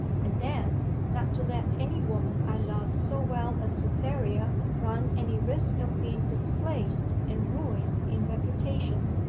and then, not to let any woman i love so well as cytherea run any risk of being displaced and ruined in reputation,